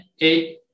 eight